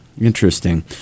Interesting